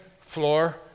floor